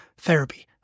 therapy